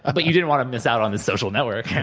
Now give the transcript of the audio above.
ah but you didn't want to miss out on this social network.